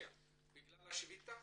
בגלל השביתה?